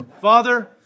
Father